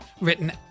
written